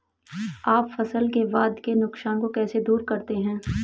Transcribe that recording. आप फसल के बाद के नुकसान को कैसे दूर करते हैं?